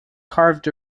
carved